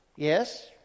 Yes